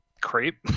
Creep